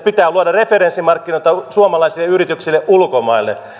pitää luoda referenssimarkkinoita suomalaisille yrityksille ulkomaille